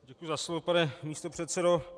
Děkuji za slovo, pane místopředsedo.